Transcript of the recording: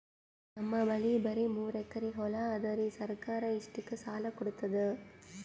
ನಮ್ ಬಲ್ಲಿ ಬರಿ ಮೂರೆಕರಿ ಹೊಲಾ ಅದರಿ, ಸರ್ಕಾರ ಇಷ್ಟಕ್ಕ ಸಾಲಾ ಕೊಡತದಾ?